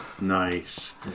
Nice